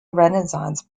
renaissance